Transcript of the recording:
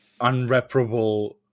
unreparable